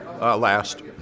Last